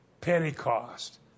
Pentecost